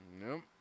Nope